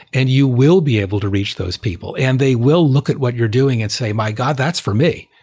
and you will be able to reach those people and they will look at what you're doing and say, my god, that's for me.